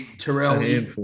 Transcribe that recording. Terrell